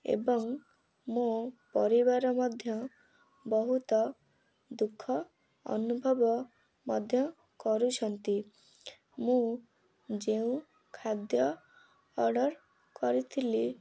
ଏବଂ ମୋ ପରିବାର ମଧ୍ୟ ବହୁତ ଦୁଃଖ ଅନୁଭବ ମଧ୍ୟ କରୁଛନ୍ତି ମୁଁ ଯେଉଁ ଖାଦ୍ୟ ଅର୍ଡ଼ର୍ କରିଥିଲି